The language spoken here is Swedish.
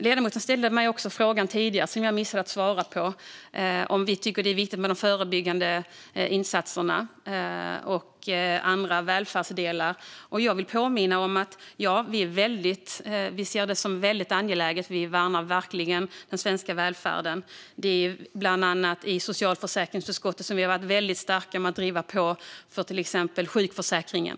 Ledamoten ställde också en fråga tidigare som jag missade att svara på om vi tycker att det är viktigt med de förebyggande insatserna och andra välfärdsdelar. Jag vill påminna om att vi ser det som väldigt angeläget. Vi värnar verkligen den svenska välfärden. Bland annat i socialförsäkringsutskottet har vi väldigt starkt drivit på för till exempel sjukförsäkringen.